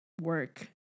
work